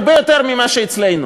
הרבה יותר ממה שאצלנו,